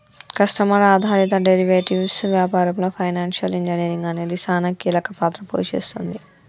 customer ఆధారిత derivatives వ్యాపారంలో financial engineering అనేది సానా కీలక పాత్ర పోషిస్తుంది